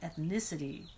ethnicity